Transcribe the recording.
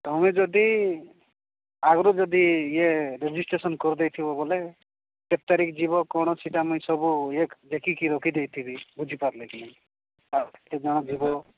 ତୁମେ ଯଦି ଆଗରୁ ଯଦି ଇଏ ରେଜିଷ୍ଟ୍ରେଶନ୍ କରି ଦେଇଥିବ ବୋଲେ କେତେ ତାରିଖ ଯିବ କ'ଣ ସେଇଟା ମୁଇଁ ସବୁ ଲେଖିକି ରଖି ଦେଇଥିବି ବୁଝିପାରିଲେ କି କେତେଜଣ ଯିବ